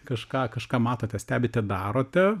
kažką kažką matote stebite darote